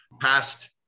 past